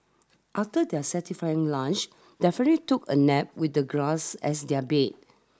after their satisfying lunch the family took a nap with the grass as their bed